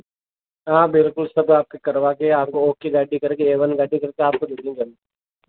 हाँ बिल्कुल सब आपके करवा कर आपको ओके गाड़ी करके ए वन गाड़ी करके आपको दे देंगे गाड़ी